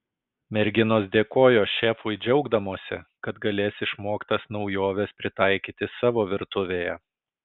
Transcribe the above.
merginos dėkojo šefui džiaugdamosi kad galės išmoktas naujoves pritaikyti savo virtuvėje